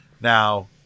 now